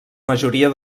majoria